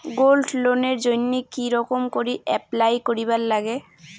Gold লোনের জইন্যে কি রকম করি অ্যাপ্লাই করিবার লাগে?